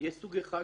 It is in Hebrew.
יש סוג אחד